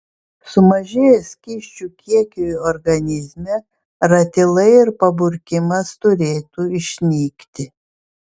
sumažėjus skysčių kiekiui organizme ratilai ir paburkimas turėtų išnykti